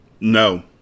No